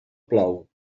plou